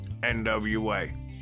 nwa